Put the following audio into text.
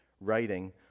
writing